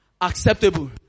acceptable